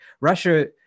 Russia